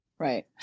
Right